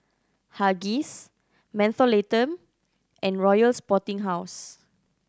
Huggies Mentholatum and Royal Sporting House